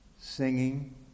singing